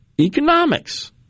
economics